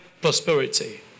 prosperity